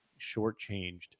shortchanged